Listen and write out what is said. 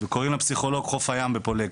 וקוראים לפסיכולוג חוף הים בפולג.